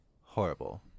Horrible